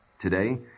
Today